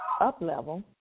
up-level